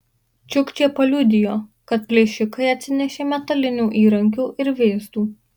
čiukčė paliudijo kad plėšikai atsinešė metalinių įrankių ir vėzdų